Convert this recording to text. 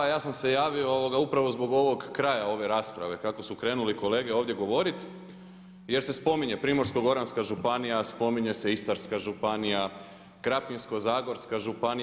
Ja sam se javio upravo zbog ovog kraja ove rasprave kako su krenuli kolege ovdje govoriti jer se spominje Primorsko-goranska županija, spominje se Istarska županija, Krapinsko-zagorska županija.